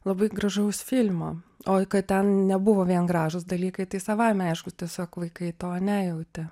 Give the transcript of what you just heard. labai gražaus filmo o kad ten nebuvo vien gražūs dalykai tai savaime aišku tiesiog vaikai to nejautė